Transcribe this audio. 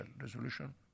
resolution